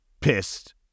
pissed